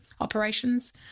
operations